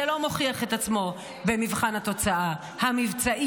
זה לא מוכיח את עצמו במבחן התוצאה המבצעית,